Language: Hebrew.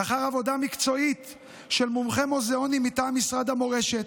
לאחר עבודה מקצועית של מומחה מוזיאונים מטעם משרד המורשת,